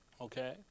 Okay